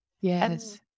Yes